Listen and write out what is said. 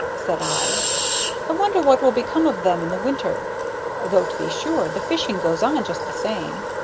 said i i wonder what will become of them in the winter though, to be sure, the fishing goes on just the same.